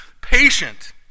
patient